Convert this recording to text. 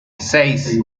seis